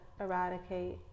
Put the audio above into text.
eradicate